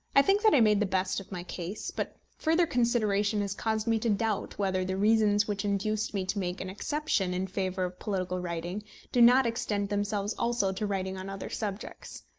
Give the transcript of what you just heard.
i think that i made the best of my case but further consideration has caused me to doubt whether the reasons which induced me to make an exception in favour of political writing do not extend themselves also to writing on other subjects.